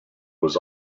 was